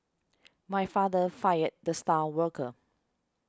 my father fired the star worker